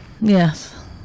Yes